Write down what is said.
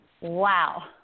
Wow